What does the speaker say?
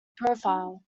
profile